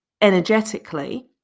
energetically